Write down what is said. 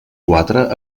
quatre